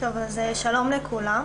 שלום לכולם.